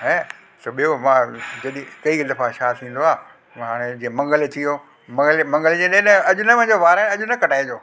ऐं त ॿियो मां जॾी कई दफ़ा छा थींदो आहे मां हाणे जीअं मंगल अची वियो मंगल मंगल जे ॾींहुं अॼु न वञो वार अॼु न कटाइजो